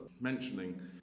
mentioning